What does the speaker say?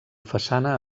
façana